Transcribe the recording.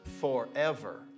forever